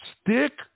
Stick